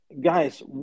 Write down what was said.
Guys